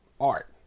art